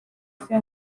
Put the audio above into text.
fer